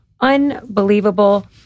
unbelievable